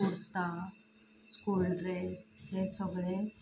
kurta school dress हें सगळें